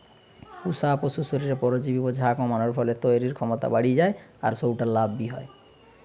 পুশা পশুর শরীরে পরজীবি বোঝা কমানার ফলে তইরির ক্ষমতা বাড়ি যায় আর সউটা লাভ বি হয়